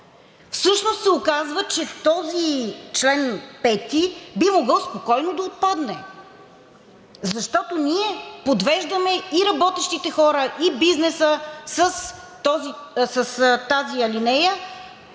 Всъщност се оказва, че този чл. 5 би могъл спокойно да отпадне, защото ние подвеждаме и работещите хора, и бизнеса с тази алинея,